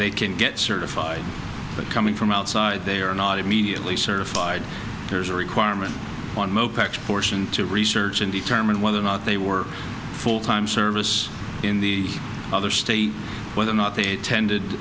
they can get certified but coming from outside they are not immediately certified there's a requirement on mopac fortune to research and determine whether or not they were full time service in the other state whether or not they attended